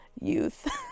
youth